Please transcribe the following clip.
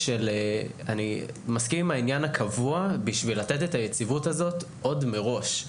אני מסכים עם העניין הקבוע בשביל לתת את היציבות הזאת עוד מראש,